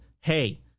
hey